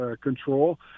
control